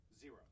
zero